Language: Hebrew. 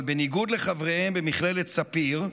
אבל בניגוד לחבריהם במכללת ספיר,